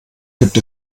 gibt